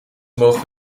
mogen